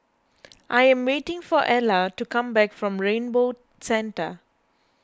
I am waiting for Ella to come back from Rainbow Centre